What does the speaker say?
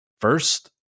first